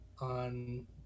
on